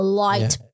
light